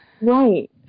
Right